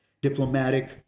diplomatic